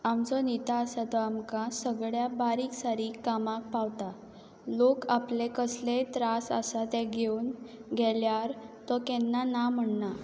आमचो नेता आसा तो आमकां सगळ्या बारीक सारीक कामाक पावता लोक आपले कसलेय त्रास आसा ते घेवन गेल्यार तो केन्ना ना म्हणना